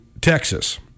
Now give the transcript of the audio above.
Texas